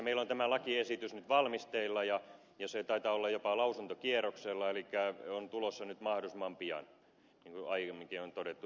meillä on tämä lakiesitys nyt valmisteilla ja se taitaa olla jopa lausuntokierroksella elikkä on tulossa nyt mahdollisimman pian niin kuin aiemminkin on todettu